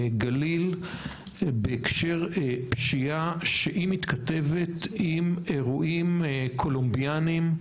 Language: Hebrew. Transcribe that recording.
בגליל בהקשר פשיעה שמתכתבת עם אירועים "קולומביאניים".